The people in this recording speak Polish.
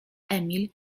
emil